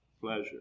pleasure